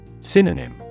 Synonym